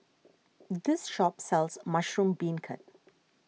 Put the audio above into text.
this shop sells Mushroom Beancurd